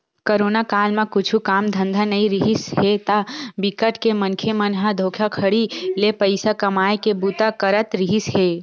corona काल म कुछु काम धंधा नइ रिहिस हे ता बिकट के मनखे मन ह धोखाघड़ी ले पइसा कमाए के बूता करत रिहिस हे